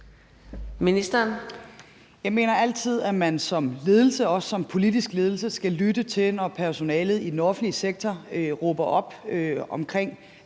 Jeg mener altid, at man som ledelse og også som politisk ledelse skal lytte, når personalet i den offentlige sektor råber op om